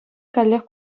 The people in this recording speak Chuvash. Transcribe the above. каллех